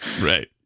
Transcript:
right